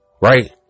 right